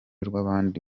rw’abandi